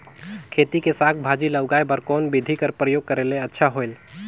खेती मे साक भाजी ल उगाय बर कोन बिधी कर प्रयोग करले अच्छा होयल?